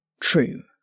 true